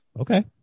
Okay